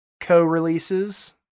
co-releases